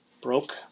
Broke